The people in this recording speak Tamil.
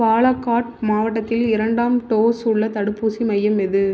பாலாகாட் மாவட்டத்தில் இரண்டாம் டோஸ் உள்ள தடுப்பூசி மையம் எது